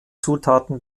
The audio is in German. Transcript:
zutaten